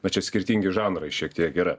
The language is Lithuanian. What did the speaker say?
nu čia skirtingi žanrai šiek tiek yra